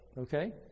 Okay